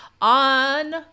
On